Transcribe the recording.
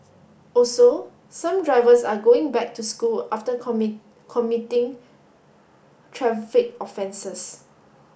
also some drivers are going back to school after committing traffic offences